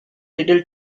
little